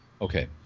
Okay